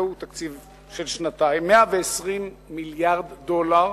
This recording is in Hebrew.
זהו תקציב של שנתיים, 120 מיליארד דולר.